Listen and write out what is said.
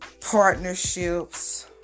partnerships